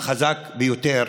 החזק ביותר